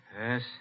Yes